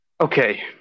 Okay